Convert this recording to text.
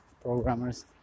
programmers